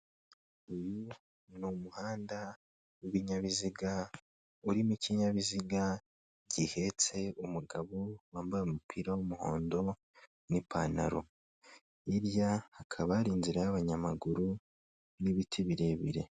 Uyu ni umuhanda w'ibinyabiziga, urimo ikinyabiziga gihetse umugabo wambaye umupira w'umuhondo n'ipantaro, hirya hakaba hari inzira y'abanyamaguru n'ibiti birebire.